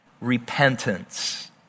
repentance